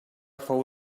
fou